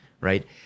right